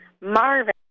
Marvin